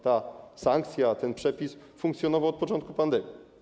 Ta sankcja, ten przepis funkcjonował od początku pandemii.